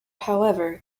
however